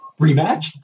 rematch